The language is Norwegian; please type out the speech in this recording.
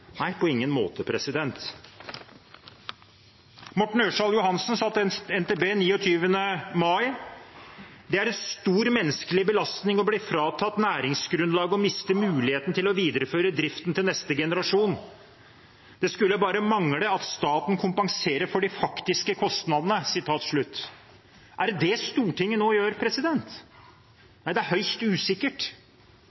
Nei, på ingen måte. Representanten Morten Ørsal Johansen sa til NTB 29. mai: «Det er en stor menneskelig belastning å bli fratatt næringsgrunnlaget og miste muligheten til å videreføre driften til neste generasjon. Det skulle bare mangle at staten kompenserer for de faktiske kostnadene.» Er det det Stortinget nå gjør?